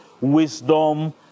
wisdom